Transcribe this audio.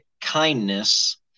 kindness